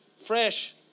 fresh